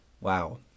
Wow